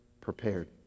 prepared